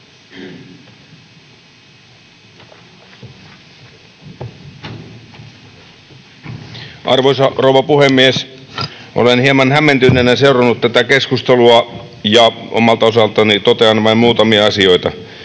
Arvoisa rouva puhemies! Olen hieman hämmentyneenä seurannut tätä keskustelua ja omalta osaltani totean vain muutamia asioita.